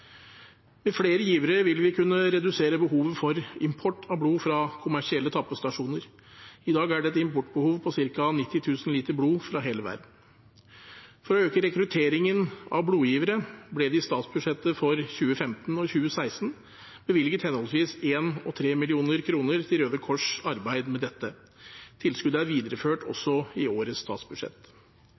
Med flere givere vil vi kunne redusere behovet for import av blod fra kommersielle tappestasjoner. I dag er det et importbehov på ca. 90 000 liter blod fra hele verden. For å øke rekrutteringen av blodgivere ble det i statsbudsjettet for 2015 og 2016 bevilget henholdsvis 1 mill. og 3 mill. kr til Røde Kors’ arbeid med dette. Tilskuddet er videreført også i årets statsbudsjett.